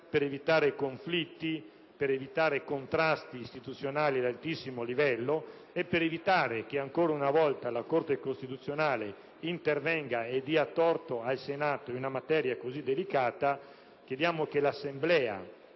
per evitare conflitti e contrasti istituzionali di altissimo livello e per evitare che ancora una volta la Corte costituzionale intervenga e dia torto al Senato in una materia così delicata, chiediamo che l'Assemblea